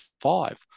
five